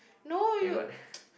I got